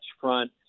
front